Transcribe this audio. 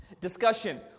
discussion